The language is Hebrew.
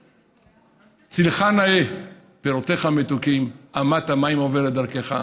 צילך נאה, פירותיך מתוקים, אמת המים עוברת דרכך.